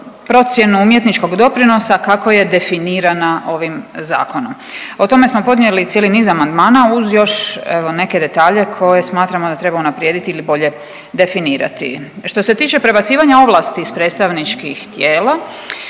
procjenu umjetničkog doprinosa kako je definirana ovim zakonom. O tome smo podnijeli cijeli niz amandmana uz još evo neke detalje koje smatramo da treba unaprijediti ili bolje definirati. Što se tiče prebacivanja ovlasti s predstavničkih tijela